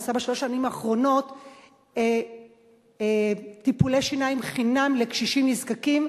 עשה בשלוש שנים האחרונות טיפולי שיניים חינם לקשישים נזקקים,